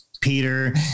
Peter